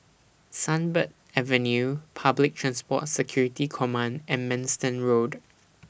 Sunbird Avenue Public Transport Security Command and Manston Road